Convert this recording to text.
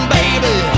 baby